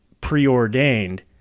preordained